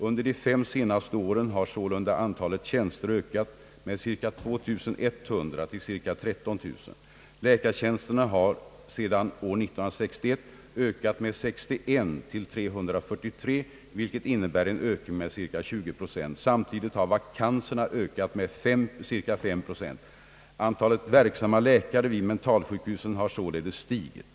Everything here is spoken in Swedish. Under de fem senaste åren har sålunda antalet tjänster ökat med cirka 2 100 till cirka 13 000. Läkartjänsterna har sedan år 1961 ökat med 61 till 343, vilket innebär en ökning med cirka 20 procent. Samtidigt har vakanserna ökat med cirka 5 procent. Antalet verksamma läkare vid mentalsjukhusen har således stigit.